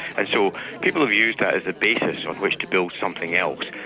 and so people have used that as a basis on which to build something else,